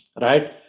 right